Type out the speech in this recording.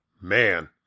man